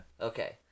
Okay